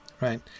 right